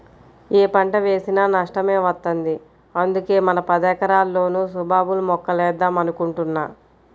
యే పంట వేసినా నష్టమే వత్తంది, అందుకే మన పదెకరాల్లోనూ సుబాబుల్ మొక్కలేద్దాం అనుకుంటున్నా